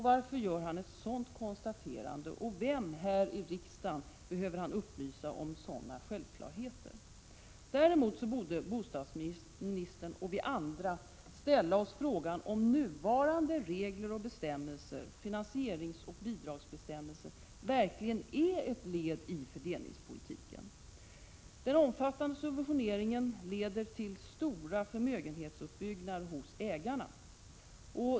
Varför gör han ett sådant konstaterande? Vem här i riksdagen behöver han upplysa om sådana självklarheter? Däremot borde bostadsministern och vi andra ställa oss frågan om nuvarande regler och bestämmelser, finansieringsoch bidragsbestämmelser, verkligen är ett led i fördelningspolitiken. Den omfattande subventioneringen leder till stora förmögenhetsuppbyggnader hos ägarna.